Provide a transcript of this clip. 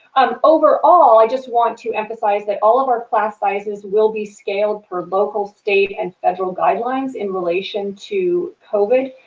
um overall i just want to emphasize that all of our class sizes will be scaled for local, state, and federal guidelines in relation to covid,